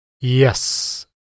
Yes